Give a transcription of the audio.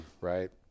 right